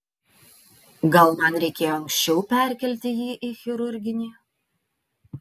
gal man reikėjo anksčiau perkelti jį į chirurginį